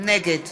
נגד